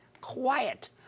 Quiet